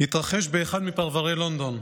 באחד מפרברי לונדון,